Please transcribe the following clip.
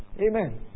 Amen